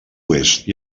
oest